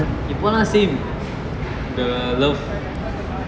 இப்பலாம்:ippelam same the love